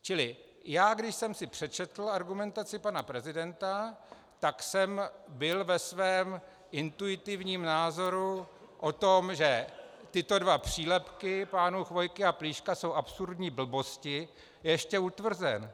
Čili když jsem si přečetl argumentaci pana prezidenta, tak jsem byl ve svém intuitivním názoru o tom, že tyto dva přílepky pánů Chvojky a Plíška jsou absurdní blbosti, ještě utvrzen.